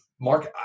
Mark